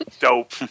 dope